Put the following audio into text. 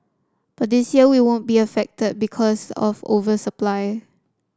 but this year we won't be affected because of over supply